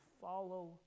follow